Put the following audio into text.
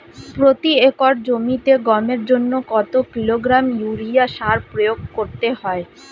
প্রতি একর জমিতে গমের জন্য কত কিলোগ্রাম ইউরিয়া সার প্রয়োগ করতে হয়?